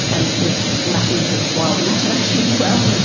and with lashings of wild imagination as well.